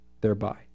thereby